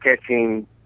catching